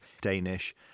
Danish